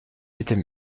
était